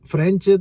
French